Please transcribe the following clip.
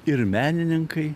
ir menininkai